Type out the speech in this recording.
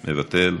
מוותר,